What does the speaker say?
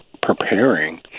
preparing